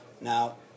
Now